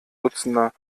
dutzender